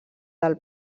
del